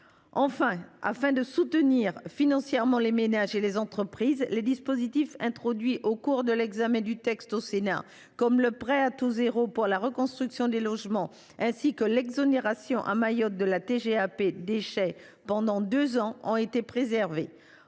Enfin, afin de soutenir financièrement les ménages et les entreprises, les dispositifs introduits au cours de l’examen du texte au Sénat, comme le prêt à taux zéro pour la reconstruction des logements ainsi que l’exonération de taxe générale sur les activités